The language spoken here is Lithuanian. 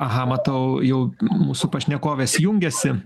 aha matau jau mūsų pašnekovės jungiasi